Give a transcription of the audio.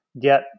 get